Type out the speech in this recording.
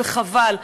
וחבל.